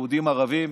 יהודים ערבים,